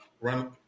run